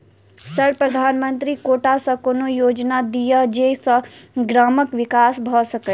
Sir प्रधानमंत्री quota सऽ कोनो योजना दिय जै सऽ ग्रामक विकास भऽ सकै?